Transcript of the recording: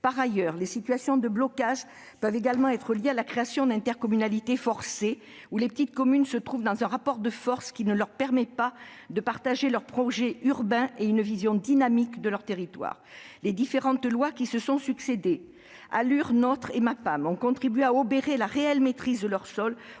Par ailleurs, les situations de blocage peuvent également être liées à la création d'intercommunalités forcées, les plus petites communes se trouvant dans un rapport de force ne leur permettant pas de partager leurs projets urbains et une vision dynamique de leur territoire. Les différentes lois qui se sont succédé, telles que la loi pour l'accès au logement et un